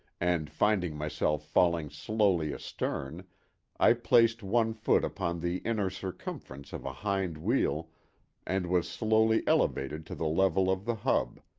and finding myself falling slowly astern, i placed one foot upon the inner circumference of a hind wheel and was slowly elevated to the level of the hub,